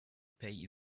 pay